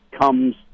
comes